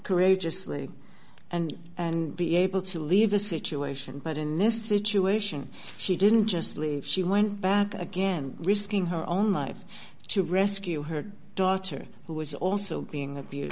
courageously and and be able to leave a situation but in this situation she didn't just leave she went back again risking her own life to rescue her daughter who was also being a